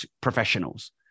professionals